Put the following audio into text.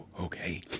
okay